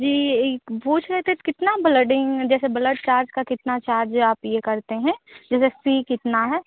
जी एक पूछ रहे थे त कितना ब्लडिंग जैसे ब्लड चार्ज का कितना चार्ज आप यह करते हैं जैसे फ़ी कितना है